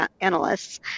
analysts